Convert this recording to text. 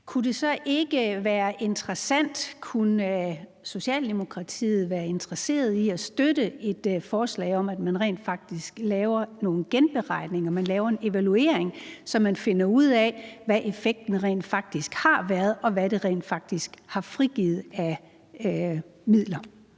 kunne Socialdemokratiet så være interesseret i at støtte et forslag om, at man rent faktisk laver nogle genberegninger, laver en evaluering, så man finder ud af, hvad effekten rent faktisk har været, og hvad det rent faktisk har frigivet af midler?